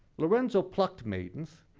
lorenzo plucked maidens.